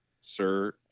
Sir